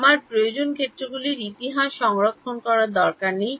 আমার প্রয়োজনীয় ক্ষেত্রগুলির ইতিহাস সংরক্ষণ করার দরকার নেই